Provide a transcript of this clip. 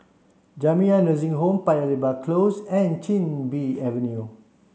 Jamiyah Nursing Home Paya Lebar Close and Chin Bee Avenue